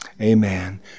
Amen